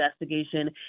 investigation